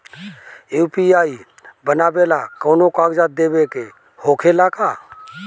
UPI बनावेला कौनो कागजात देवे के होखेला का?